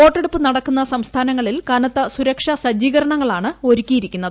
വോട്ടെടുപ്പ് നടക്കുന്ന സംസ്ഥാനങ്ങളിൽ കനത്ത സുരക്ഷാ സജ്ജീകരണങ്ങളാണ് ഒരുക്കിയിരിക്കുന്നത്